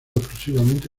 exclusivamente